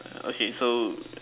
uh okay so